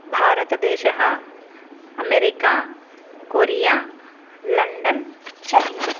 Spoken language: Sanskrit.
भारतदेशः अमेरिका कोरिया लण्डन् चैना